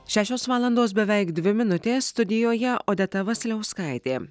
šešios valandos beveik dvi minutes studijoje odeta vasiliauskaitė